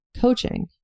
coaching